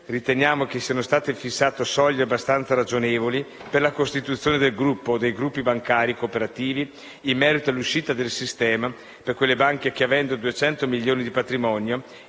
riteniamo che siano state fissate soglie abbastanza ragionevoli per la costituzione del gruppo o dei gruppi bancari cooperativi in merito all'uscita dal sistema per quelle banche che, avendo 200 milioni di patrimonio,